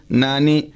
nani